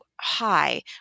high